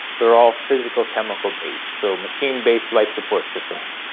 they are all physical chemical based. so machine based life-support systems.